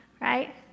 right